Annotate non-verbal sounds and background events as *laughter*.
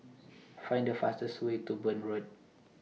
*noise* Find The fastest Way to Burn Road